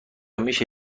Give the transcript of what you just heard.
میشه